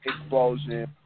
explosion